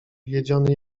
wiedziony